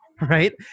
right